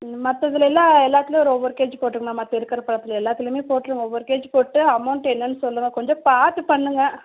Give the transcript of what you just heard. மற்றதுலேல்லாம் எல்லாத்துலேயும் ஒரு ஒவ்வொரு கேஜி போட்டுடுங்கண்ணா மற்ற இருக்கிற பழத்தில் எல்லாத்துலேயுமே போட்டுருங்க ஒவ்வொரு கேஜி போட்டுட்டு அமௌண்ட் என்னென்னு சொல்லுங்கள் கொஞ்சம் பார்த்து பண்ணுங்கள்